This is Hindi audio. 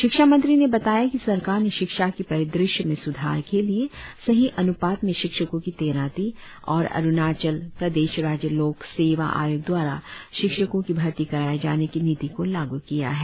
शिक्षा मंत्री ने बताया कि सरकार ने शिक्षा की परिदृश्य में सुधार के लिए सही अन्पात में शिक्षकों की तैनाती और अरुणाचल प्रदेश राज्य लोक सेवा आयोग द्वारा शिक्षकों की भर्ती कराएं जाने की नीति को लागू किया है